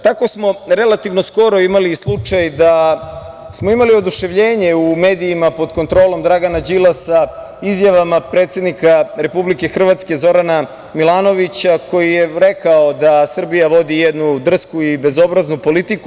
Tako smo relativno skoro imali slučaj da smo imali oduševljenje u medijima pod kontrolom Dragana Đilasa izjavama predsednika Republike Hrvatske, Zorana Milanovića, koji je rekao da Srbija vodi jednu drsku i bezobraznu politiku.